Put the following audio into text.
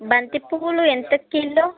బంతి పువ్వులు ఎంత కిలో